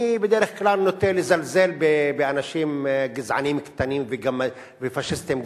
אני בדרך כלל נוטה לזלזל באנשים גזעניים קטנים ופאשיסטים גמדים,